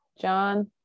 John